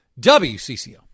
WCCO